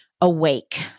awake